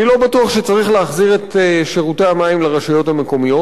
אני לא בטוח שצריך להחזיר את שירותי המים לרשויות המקומיות.